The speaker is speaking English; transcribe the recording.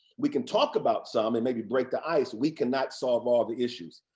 we can talk about some and maybe break the ice. we can not solve all the issues.